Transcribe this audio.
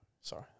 Sorry